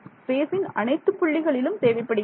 ஸ்பேசின் அனைத்துப் புள்ளிகளிலும் தேவைப்படுகிறது